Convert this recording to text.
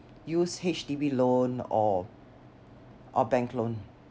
use H_D_B loan or or bank loan